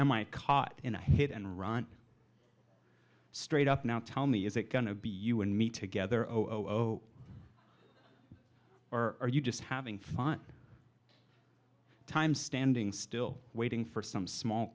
am i caught in a hit and run straight up now tell me is it gonna be you and me together or are you just having fun time standing still waiting for some small